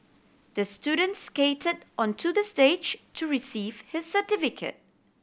the student skated onto the stage to receive his certificate